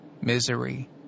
misery